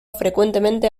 frecuentemente